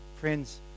friends